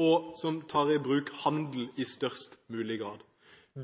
og som tar i bruk handel i størst mulig grad.